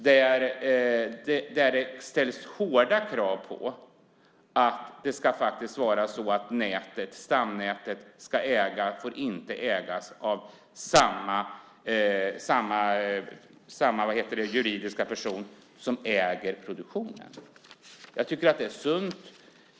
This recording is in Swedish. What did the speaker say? Det ställs hårda krav på att stamnätet inte får ägas av samma juridiska person som äger produktionen. Det är sunt.